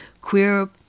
queer